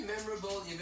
memorable